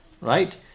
right